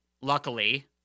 luckily